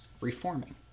reforming